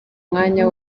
umwanya